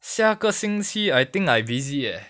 下个星期 I think I busy eh